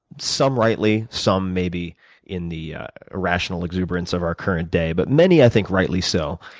some rightly, some maybe in the rational exuberance of our current day, but many i think rightly so.